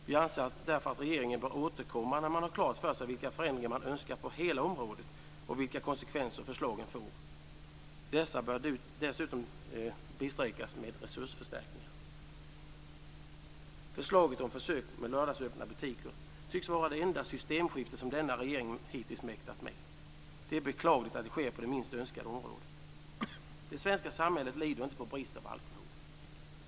Vi anser därför att regeringen bör återkomma när man har klart för sig vilka förändringar man önskar på hela området och vilka konsekvenser förslagen får. Dessa bör dessutom bisträckas med resursförstärkningar. Förslaget om försök med lördagsöppna butiker tycks vara det enda systemskifte som denna regering hittills mäktat med. Det är beklagligt att det sker på det minst önskade området. Det svenska samhället lider inte av brist på alkohol.